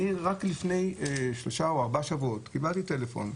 אני רק לפני שלושה או ארבעה שבועות קיבלתי טלפון,